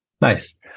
nice